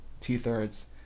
two-thirds